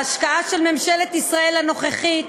ההשקעה של ממשלת ישראל הנוכחית